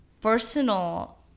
personal